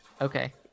Okay